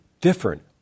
different